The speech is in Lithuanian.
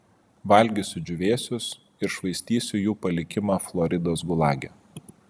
valgysiu džiūvėsius ir švaistysiu jų palikimą floridos gulage